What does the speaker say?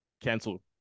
Cancel